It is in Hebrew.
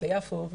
ליפו,